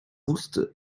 wusste